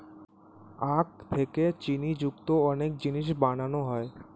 আখ থেকে চিনি যুক্ত অনেক জিনিস বানানো হয়